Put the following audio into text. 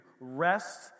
rest